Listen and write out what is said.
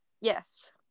yes